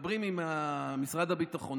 מדברים עם משרד הביטחון,